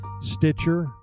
Stitcher